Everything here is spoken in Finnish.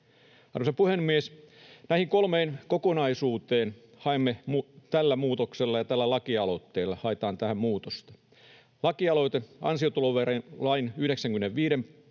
Arvoisa puhemies! Näihin kolmeen kokonaisuuteen tällä muutoksella ja tällä lakialoitteella haetaan muutosta. Lakialoite ansiotuloverolain 95